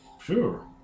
Sure